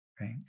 Right